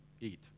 Eat